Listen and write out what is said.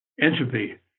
entropy